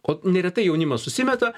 o neretai jaunimas susimeta